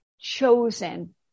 chosen